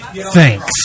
Thanks